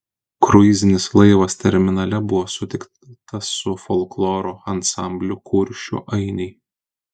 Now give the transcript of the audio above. kruizinis laivas terminale buvo sutiktas su folkloro ansambliu kuršių ainiai